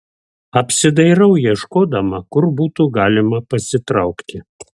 apsidairau ieškodama kur būtų galima pasitraukti